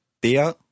der